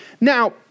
Now